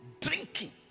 Drinking